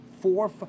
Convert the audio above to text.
four